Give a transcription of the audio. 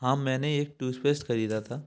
हाँ मैंने एक टूसपेस्ट खरीदा था